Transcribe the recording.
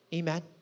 Amen